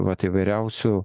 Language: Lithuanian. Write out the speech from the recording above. vat įvairiausių